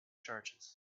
charges